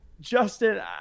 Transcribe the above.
Justin